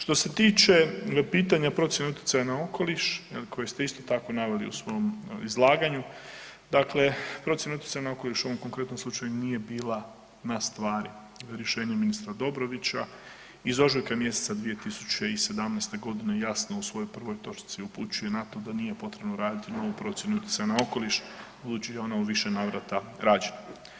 Što se tiče pitanja procjene utjecaja na okoliš, je li, koji ste isto tako naveli u svom izlaganju, dakle, procjenu utjecaja na okoliš u ovom konkretnom slučaju nije bila na stvari, rješenje ministra Dobrovića iz ožujka mjeseca 2017. g. jasno u svojoj 1. točci upućuje na to da nije potrebno raditi novu procjenu utjecaja na okoliš budući je ona u više navrata rađena.